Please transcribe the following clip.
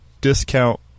discount